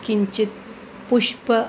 किञ्चित् पुष्प